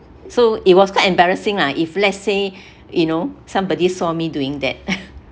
so it was quite embarrassing lah if let's say you know somebody saw me doing that